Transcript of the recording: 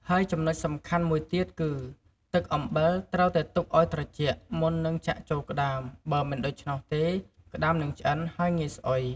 ហើយចំនុចសំខាន់មួយទៀតគឺ ទឹកអំបិលត្រូវតែទុកអោយត្រជាក់ មុននឹងចាក់ចូលក្ដាម បើមិនដូច្នោះទេ ក្ដាមនឹងឆ្អិន ហើយងាយស្អុយ។